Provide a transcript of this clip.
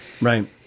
Right